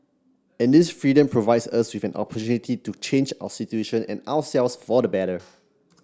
and this freedom provides us with an opportunity to change our situation and ourselves for the better